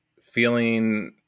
feeling